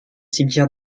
cimetière